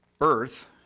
earth